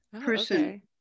Person